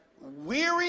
weary